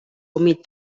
humit